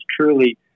truly